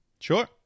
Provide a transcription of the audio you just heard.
Sure